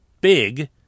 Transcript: big